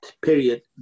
period